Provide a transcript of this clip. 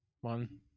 one